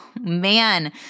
Man